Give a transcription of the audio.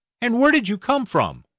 and where did you come from?